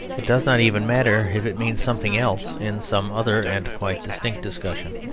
it does not even matter if it means something else in some other and quite distinct discussion.